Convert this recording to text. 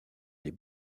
les